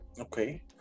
Okay